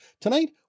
tonight